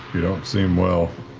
you don't seem well.